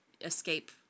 escape